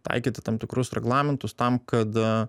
taikyti tam tikrus reglamentus tam kad